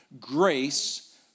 grace